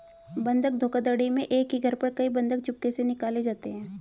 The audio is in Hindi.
बंधक धोखाधड़ी में एक ही घर पर कई बंधक चुपके से निकाले जाते हैं